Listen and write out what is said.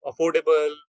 affordable